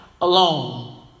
alone